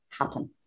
happen